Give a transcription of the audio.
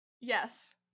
Yes